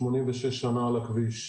86 שנה על הכביש.